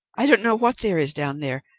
i don't know what there is down there.